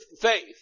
faith